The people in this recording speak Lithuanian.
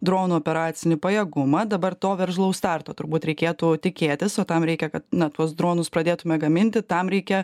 drono operacinį pajėgumą dabar to veržlaus starto turbūt reikėtų tikėtis o tam reikia kad na tuos dronus pradėtume gaminti tam reikia